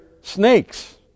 snakes